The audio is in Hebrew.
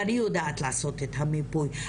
ואני יודעת לעשות את המיפוי.